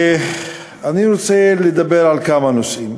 אני רוצה לדבר על כמה נושאים,